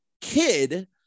kid